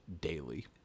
daily